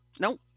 Nope